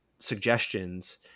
suggestions